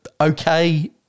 okay